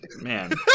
man